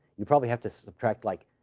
you probably have to subtract like,